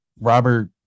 Robert